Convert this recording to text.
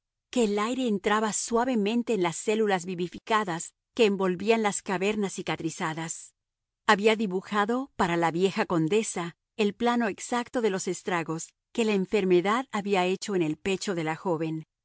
que el aire entraba suavemente en las células vivificadas que envolvían las cavernas cicatrizadas había dibujado para la vieja condesa el plano exacto de los estragos que la enfermedad había hecho en el pecho de la joven